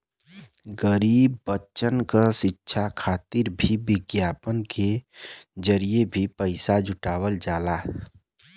गरीब बच्चन क शिक्षा खातिर भी विज्ञापन के जरिये भी पइसा जुटावल जाला